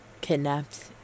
kidnapped